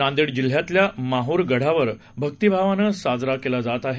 नांदेड जिल्ह्यातल्या माहूर गढावर भक्तिभावानं साजरा केला जात आहे